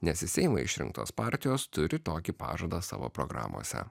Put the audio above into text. nes į seimą išrinktos partijos turi tokį pažadą savo programose